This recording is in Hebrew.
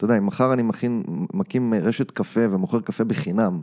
אתה יודע, אם מחר אני מקים רשת קפה ומוכר קפה בחינם...